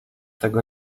tego